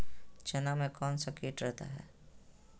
चना में कौन सा किट रहता है?